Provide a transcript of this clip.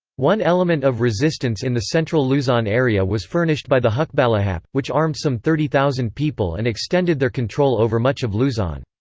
one element of resistance in the central luzon area was furnished by the hukbalahap, which armed some thirty thousand people and extended their control over much of luzon.